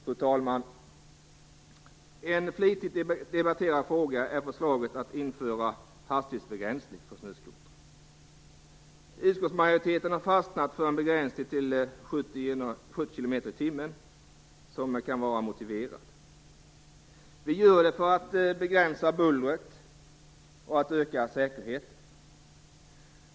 Fru talman! Flitigt debatterat är förslaget om att införa hastighetsbegränsning för snöskotrar. Vi i utskottsmajoriteten har fastnat för att en begränsning till 70 kilometer i timmen kan vara motiverat; detta för att begränsa bullret och för att öka säkerheten.